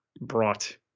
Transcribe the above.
brought